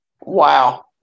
Wow